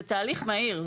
זה תהליך מהיר.